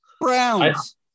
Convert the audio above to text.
Browns